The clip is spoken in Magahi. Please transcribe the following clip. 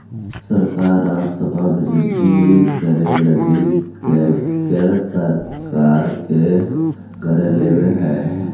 सरकार राजस्व वृद्धि करे लगी कईक प्रकार के कर लेवऽ हई